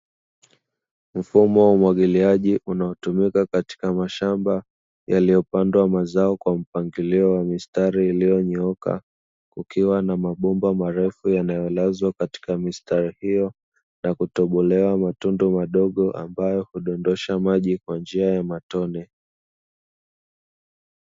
Mfumo wa umwagiliaji unaotumika katika mashamba yaliyopandwa mazao kwa mpangilio wa mistari iliyonyooka, kukiwa na mabomba marefu yanayolazwa katika mistari hiyo na kutobolewa matundu madogo ambayo hudondosha maji kwa njia ya matone.